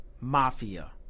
mafia